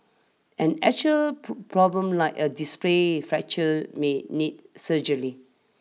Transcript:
an actual problem like a displaced fracture may need surgery